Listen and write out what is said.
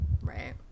right